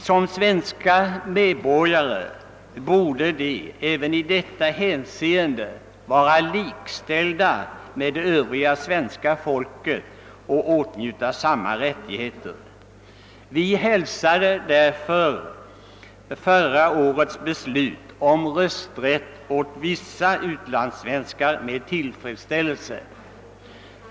Som svenska medborgare borde utlandssvenskarna även i detta hänseende vara fullt likställda med övriga svenska medborgare och åtnjuta samma rättigheter. Vi hälsade därför förra årets beslut om rösträtt åt vissa utlandssvenskar med tillfredsställelse.